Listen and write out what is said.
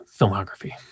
filmography